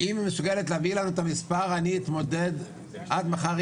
אם היא מסוגלת להביא לנו את המספר עד מחר,